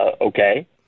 Okay